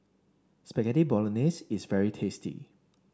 Spaghetti Bolognese is very tasty